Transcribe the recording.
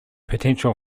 potential